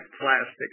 plastic